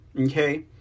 okay